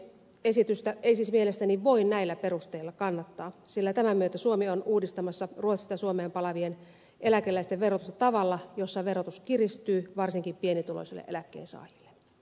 esitystä ei siis mielestäni voi näillä perusteilla kannattaa sillä tämän myötä suomi on uudistamassa ruotsista suomeen palaavien eläkeläisten verotusta tavalla jossa verotus kiristyy varsinkin pienituloisilla eläkkeensaajilla